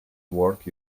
work